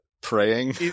Praying